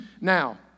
Now